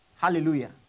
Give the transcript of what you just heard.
Hallelujah